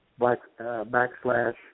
backslash